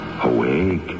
Awake